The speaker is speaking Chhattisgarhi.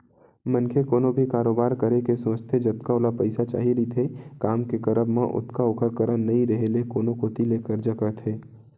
मनखे कोनो भी कारोबार करे के सोचथे जतका ओला पइसा चाही रहिथे काम के करब म ओतका ओखर करा नइ रेहे ले कोनो कोती ले करजा करथे